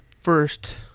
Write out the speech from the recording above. first